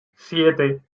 siete